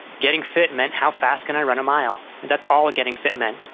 getting fit meant how fast can i run a mile? that's all getting fit meant.